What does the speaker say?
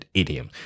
idiom